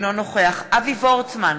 אינו נוכח אבי וורצמן,